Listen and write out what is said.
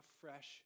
fresh